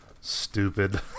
Stupid